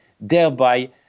thereby